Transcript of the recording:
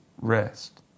rest